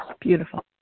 Beautiful